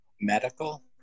Medical